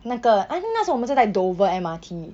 那个 I think 那时候我们是在 dover M_R_T